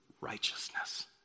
righteousness